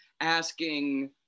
asking